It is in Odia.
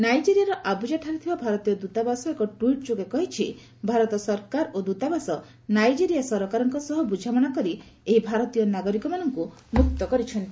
ନାଇଜେରିଆର ଆବୁଜା ଠାରେ ଥିବା ଭାରତୀୟ ଦ୍ୱତାବାସ ଏକ ଟୁଇଟ୍ ଯୋଗେ କହିଛି ଯେ ଭାରତ ସରକାର ଓ ଦୃତାବାସ ନାଇଜେରିଆ ସରକାରଙ୍କ ସହ ବୁଝାମଣା କରି ଏହି ଭାରତୀୟ ନାବିକମାନଙ୍କୁ ମୁକ୍ତ କରିଛନ୍ତି